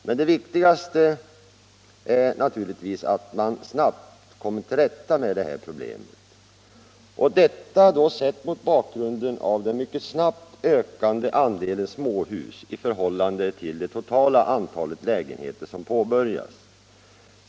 Men det viktigaste är att man snabbt kommer till rätta med problemet, detta sett mot bakgrunden av den mycket snabbt ökande andelen småhus i förhållande till det totala antalet lägenheter som påbörjas.